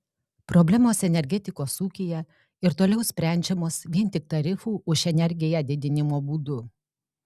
problemos energetikos ūkyje ir toliau sprendžiamos vien tik tarifų už energiją didinimo būdu